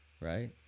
right